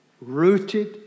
Rooted